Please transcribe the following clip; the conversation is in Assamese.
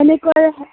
তেনেকৈয়ে